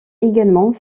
également